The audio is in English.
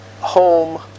home